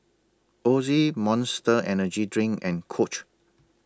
Ozi Monster Energy Drink and Coach